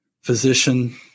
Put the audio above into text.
physician